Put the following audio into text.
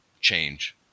change